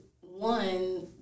one